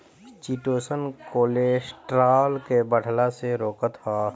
chitosan cholesterol के बढ़ला से रोकत हअ